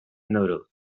noodles